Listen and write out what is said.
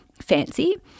fancy